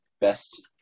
Best